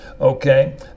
Okay